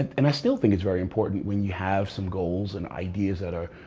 and i still think it's very important when you have some goals and ideas that are